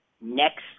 next